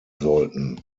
sollten